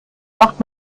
macht